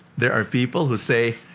there are people who say,